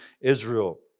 Israel